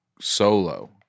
solo